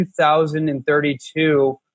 2032